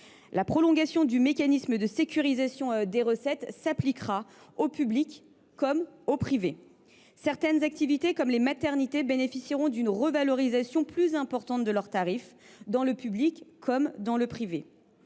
La prolongation du mécanisme de sécurisation des recettes s’appliquera au secteur public comme au secteur privé. Certaines activités, comme les maternités, bénéficieront d’une revalorisation plus importante de leurs tarifs, dans le public comme dans le privé.